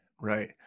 Right